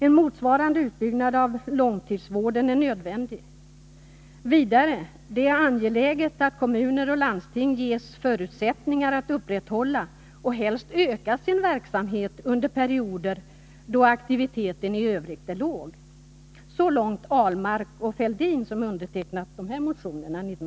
En motsvarande utbyggnad av långtidsvården är nödvändig. Och vidare skrev man: Det är angeläget att kommuner och landsting ges förutsättningar att upprätthålla och helst öka sin verksamhet under perioder då aktiviteten i Övrigt är låg. Det var Per Ahlmark och Thorbjörn Fälldin som undertecknade motionerna.